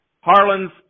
Harlan's